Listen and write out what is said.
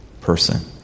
person